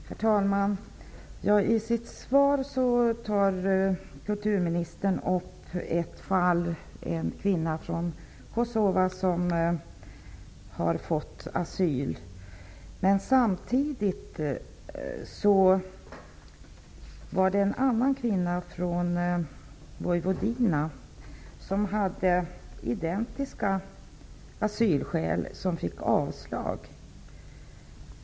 Herr talman! I sitt svar tar kulturministern upp ett fall med en kvinna från Kosova som har fått asyl. Men samtidigt finns det ett fall där en annan kvinna, från Vojvodina, som hade identiska asylskäl fick avslag.